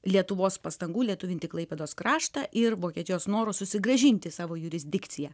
lietuvos pastangų lietuvinti klaipėdos kraštą ir vokietijos noro susigrąžinti savo jurisdikciją